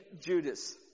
Judas